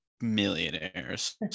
millionaires